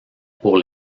pour